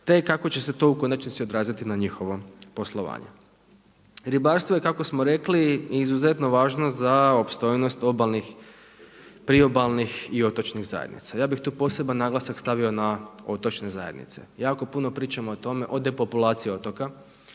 te kako će se to u konačnici odraziti na njihovo poslovanje. Ribarstvo je kako smo rekli izuzetno važno za opstojnost obalnih, priobalnih i otočnih zajednica. Ja bih tu poseban naglasak stavio na otočne zajednice. Jako puno pričamo o tome o depopulaciji otoka,